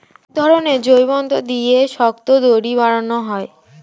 এক ধরনের জৈব তন্তু দিয়ে শক্ত দড়ি বানানো হয়